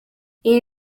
iyo